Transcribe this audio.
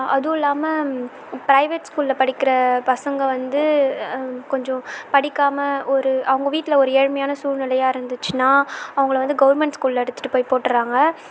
அதுவும் இல்லாமல் ப்ரைவேட் ஸ்கூலில் படிக்கிற பசங்க வந்து கொஞ்சம் படிக்காமல் ஒரு அவங்க வீட்டில் ஒரு ஏழ்மையான சூழ்நிலையாக இருந்துச்சுன்னா அவங்களை வந்து கவர்மெண்ட் ஸ்கூலில் எடுத்துகிட்டு போய் போட்டுட்றாங்க